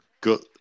Good